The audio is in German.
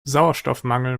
sauerstoffmangel